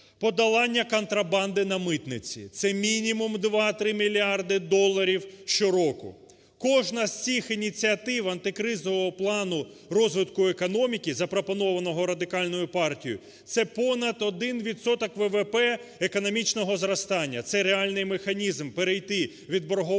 Подолання контрабанди на митниці. Це мінімум 2-3 мільярда доларів щороку. Кожна з цих ініціатив антикризового плану розвитку економіки запропонованого Радикальною партією, - це понад 1 відсоток ВВП економічного зростання. Це реальний механізм перейти від боргового